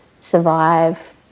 survive